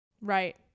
Right